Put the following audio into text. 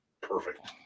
perfect